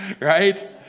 right